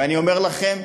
ואני אומר לכם,